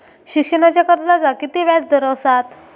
शिक्षणाच्या कर्जाचा किती व्याजदर असात?